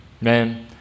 Man